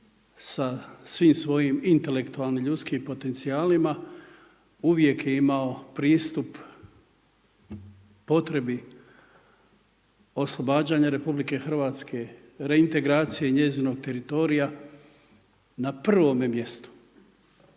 sa svim svojim intelektualnim ljudskim potencijalima, uvijek je imao pristup potrebi oslobađanja RH, reintegracije i njezinog teritorija, na prvome mjestu.